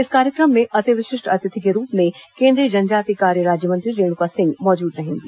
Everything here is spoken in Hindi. इस कार्यक्रम में अति विशिष्ट अतिथि के रूप में केन्द्रीय जनजातीय कार्य राज्यमंत्री रेणुका सिंह मौजूद रहेंगी